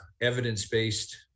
evidence-based